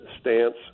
stance